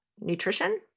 nutrition